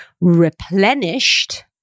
replenished